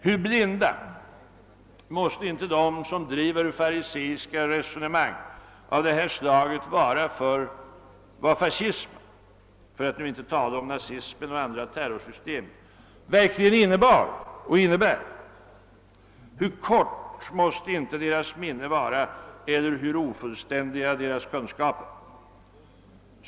Hur blinda måste inte de som driver fariseiska resonemang av detta slag vara för vad fascismen — för att nu inte tala om nazismen och andra terrorsystem — verkligen innebar och innebär. Hur kort måste inte deras minne vara eller hur ofullständiga deras kunskaper.